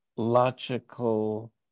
logical